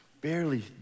barely